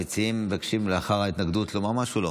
האם המציעים מבקשים לומר משהו?